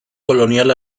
colonial